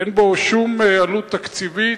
אין בו שום עלות תקציבית,